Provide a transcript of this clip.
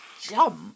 jump